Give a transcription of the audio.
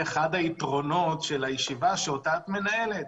אחד היתרונות של הישיבה שאת מנהלת,